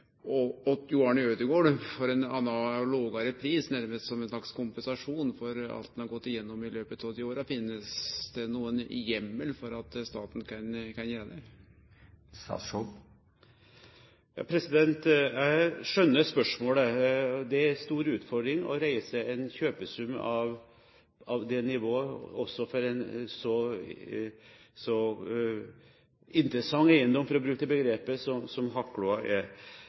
Ødegård for ein annan og lågare pris, nærast som ein slags kompensasjon for alt han har gått igjennom i løpet av desse åra? Finst det nokon heimel for staten til å gjere det? Jeg skjønner spørsmålet. Det er en stor utfordring å reise en kjøpesum på dette nivået – også for en så interessant eiendom, for å bruke det begrepet, som Vestre Hakkloa er.